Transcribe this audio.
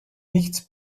nichts